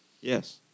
yes